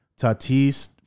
Tatis